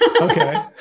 Okay